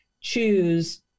choose